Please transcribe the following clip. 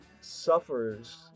suffers